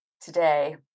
today